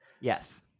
Yes